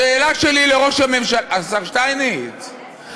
השר שטייניץ,